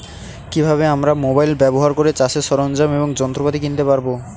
কি ভাবে আমরা মোবাইল ব্যাবহার করে চাষের সরঞ্জাম এবং যন্ত্রপাতি কিনতে পারবো?